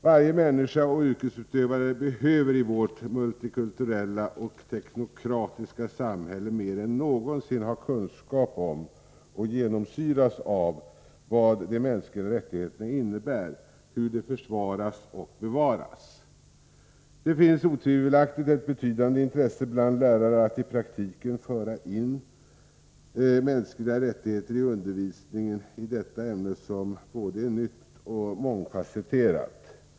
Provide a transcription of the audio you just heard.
Varje människa och yrkesutövare behöver i vårt multikulturella och teknokratiska samhälle mer än någonsin ha kunskap om och genomsyras av vad de mänskliga rättigheterna innebär, hur de försvaras och bevaras. Det finns otvivelaktigt ett betydande intresse bland lärare att i praktiken föra in mänskliga rättigheter i undervisningen i detta ämne, som är både nytt och mångfasetterat.